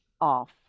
off